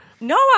No